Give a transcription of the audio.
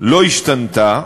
לא השתנתה.